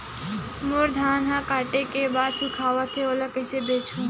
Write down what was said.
मोर धान ह काटे के बाद सुखावत हे ओला कइसे बेचहु?